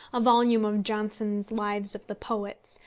a volume of johnson's lives of the poets,